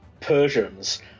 Persians